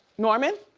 norman?